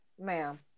ma'am